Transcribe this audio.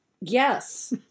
Yes